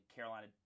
Carolina